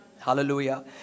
Hallelujah